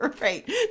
Right